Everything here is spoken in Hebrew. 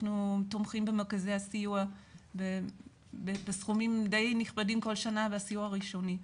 אנחנו תומכים במרכזי הסיוע בסכומים די נכבדים כל שנה בסיוע ראשוני.